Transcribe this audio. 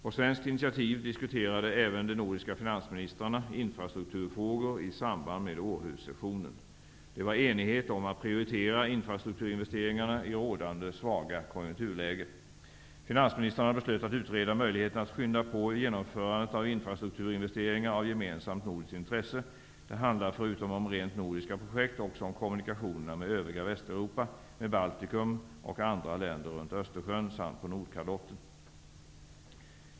På svenskt initiativ diskuterade även de nordiska finansministrarna infrastrukturfrågor i samband med Århussessionen. Det var enighet om att prioritera infrastrukturinvesteringarna i rådande svaga konjunkturläge. Finansministrarna beslöt att utreda möjligheten att skynda på genomförandet av infrastrukturinvesteringar av gemensamt nordiskt intresse. Det handlar förutom om rent nordiska projekt också om kommunikationerna med övriga Västeuropa, med Baltikum och andra länder runt Östersjön samt på Nordkalotten.